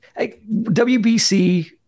WBC